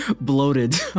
bloated